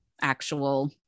actual